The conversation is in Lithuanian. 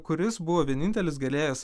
kuris buvo vienintelis galėjęs